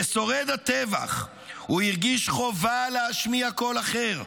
כשורד הטבח הוא הרגיש חובה להשמיע קול אחר,